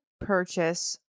purchase